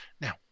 Now